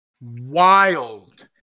Wild